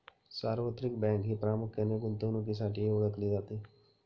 सार्वत्रिक बँक ही प्रामुख्याने गुंतवणुकीसाठीही ओळखली जाते